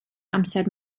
amser